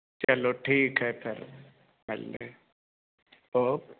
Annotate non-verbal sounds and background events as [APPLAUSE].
ਚਲੋ ਠੀਕ ਹੈ ਚਲੋ [UNINTELLIGIBLE] ਓਕੇ